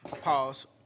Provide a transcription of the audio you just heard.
Pause